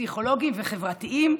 פסיכולוגיים וחברתיים,